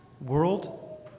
world